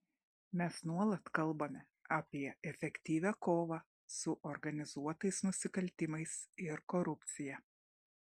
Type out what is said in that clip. mes nuolat kalbame apie efektyvią kovą su organizuotais nusikaltimais ir korupcija